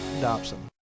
Dobson